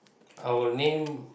I would name